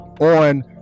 on